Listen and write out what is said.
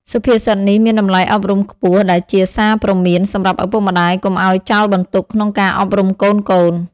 សុភាសិតនេះមានតម្លៃអប់រំខ្ពស់ដែលជាសារព្រមានសម្រាប់ឪពុកម្ដាយកុំឲ្យចោលបន្ទុកក្នុងការអប់រំកូនៗ។